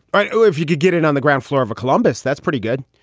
right. oh, if you could get it on the ground floor of a columbus. that's pretty good.